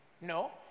No